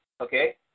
Okay